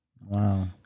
Wow